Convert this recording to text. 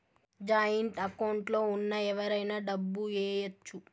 joint account లో ఉన్న ఎవరైనా డబ్బు ఏయచ్చు